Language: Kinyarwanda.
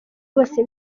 bose